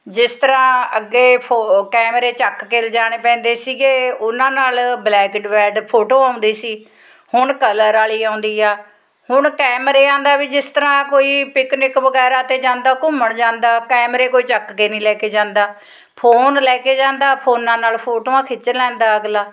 ਜਿਸ ਤਰ੍ਹਾਂ ਅੱਗੇ ਫੋ ਕੈਮਰੇ ਚੱਕ ਕੇ ਲੈ ਜਾਣੇ ਪੈਂਦੇ ਸੀਗੇ ਉਹਨਾਂ ਨਾਲ ਬਲੈਕ ਡਿਵੈਟ ਫੋਟੋ ਆਉਂਦੀ ਸੀ ਹੁਣ ਕਲਰ ਵਾਲੀ ਆਉਂਦੀ ਆ ਹੁਣ ਕੈਮਰਿਆਂ ਦਾ ਵੀ ਜਿਸ ਤਰ੍ਹਾਂ ਕੋਈ ਪਿਕਨਿਕ ਵਗੈਰਾ 'ਤੇ ਜਾਂਦਾ ਘੁੰਮਣ ਜਾਂਦਾ ਕੈਮਰੇ ਕੋਈ ਚੱਕ ਕੇ ਨਹੀਂ ਲੈ ਕੇ ਜਾਂਦਾ ਫੋਨ ਲੈ ਕੇ ਜਾਂਦਾ ਫੋਨਾਂ ਨਾਲ ਫੋਟੋਆਂ ਖਿੱਚ ਲੈਂਦਾ ਅਗਲਾ